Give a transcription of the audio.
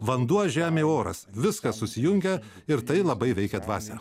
vanduo žemė oras viskas susijungia ir tai labai veikia dvasią